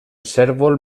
cérvol